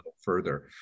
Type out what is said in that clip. further